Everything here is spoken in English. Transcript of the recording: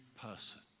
person